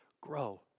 grow